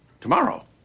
Tomorrow